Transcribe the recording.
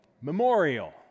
Memorial